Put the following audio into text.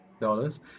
dollars